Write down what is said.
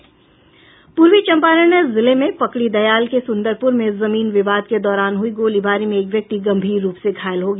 पूर्वी चंपारण जिले में पकड़ीदयाल के सुंदरपूर में जमीन विवाद के दौरान हुई गोलीबारी में एक व्यक्ति गंभीर रूप से घायल हो गया